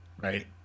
Right